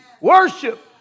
Worship